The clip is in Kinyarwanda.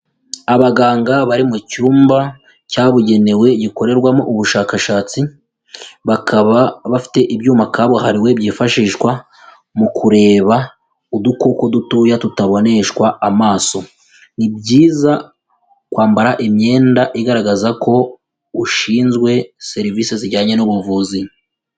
Abaganga bari mu cyumba cyabugenewe gikorerwamo ubushakashatsi, bakaba bafite ibyuma kabuhariwe byifashishwa, mu kureba udukoko dutoya tutaboneshwa amaso. Ni byiza kwambara imyenda igaragaza ko ushinzwe serivise zijyanye n'ubuvuzi.